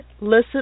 listen